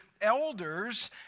elders